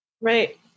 Right